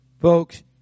folks